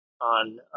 on